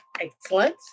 Excellent